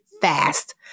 fast